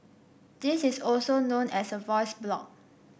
this is also known as a voice blog